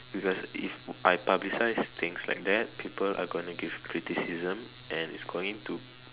because if I publicise things like that people are gonna give criticism and it's going to